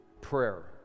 prayer